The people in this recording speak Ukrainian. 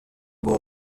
було